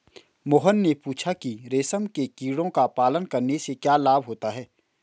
मोहन ने पूछा कि रेशम के कीड़ों का पालन करने से क्या लाभ होता है?